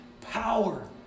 Power